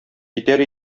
китәр